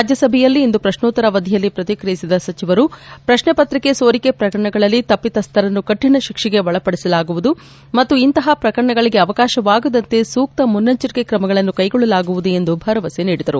ರಾಜ್ಯಸಭೆಯಲ್ಲಿ ಇಂದು ಪ್ರಶ್ನೋತ್ತರ ಅವಧಿಯಲ್ಲಿ ಪ್ರತಿಕ್ರಿಯಿಸಿದ ಸಚಿವರು ಪ್ರಶ್ನೆಪತ್ರಿಕೆ ಸೋರಿಕೆ ಪ್ರಕರಣಗಳಲ್ಲಿ ತಪ್ಪಿತಸ್ವರನ್ನು ಕಾಣ ತಿಕ್ಷೆಗೆ ಒಳಪಡಿಸಲಾಗುವುದು ಮತ್ತು ಇಂತಹ ಪ್ರಕರಣಗಳಿಗೆ ಅವಕಾಶವಾಗದಂತೆ ಸೂಕ್ತ ಮುನ್ನೆಚ್ಲಿಂಕೆ ಕ್ರಮಗಳನ್ನು ಕೈಗೊಳ್ಳಲಾಗುವುದು ಎಂದು ಭರವಸೆ ನೀಡಿದರು